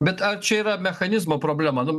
bet ar čia yra mechanizmo problema nu